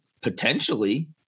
potentially